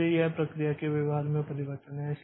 इसलिए यह प्रक्रिया के व्यवहार में परिवर्तन है